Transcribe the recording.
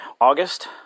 August